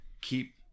keep